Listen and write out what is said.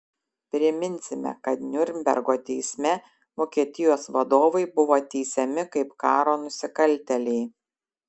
priminsime kad niurnbergo teisme vokietijos vadovai buvo teisiami kaip karo nusikaltėliai